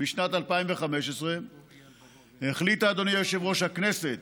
בשנת 2015 החליטה הכנסת,